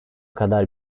kadar